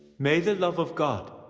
may the love of god